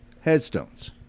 Headstones